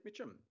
Mitchum